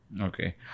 Okay